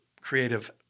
creative